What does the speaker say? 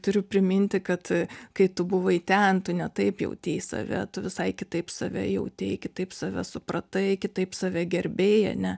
turiu priminti kad kai tu buvai ten tu ne taip jautei save tu visai kitaip save jautei kitaip save supratai kitaip save gerbei ane